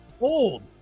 old